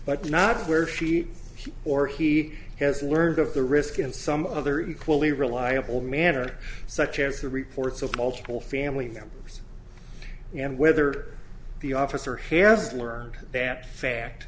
but not where she or he has learned of the risk in some other equally reliable manner such as the reports of multiple family members and whether the officer harris learned that fact